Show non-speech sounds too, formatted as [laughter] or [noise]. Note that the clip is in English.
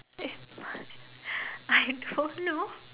eh [laughs] I don't know